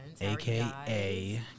aka